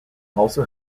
also